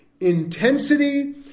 intensity